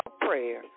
prayer